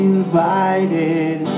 Invited